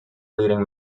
leading